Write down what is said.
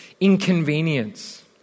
inconvenience